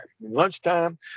Lunchtime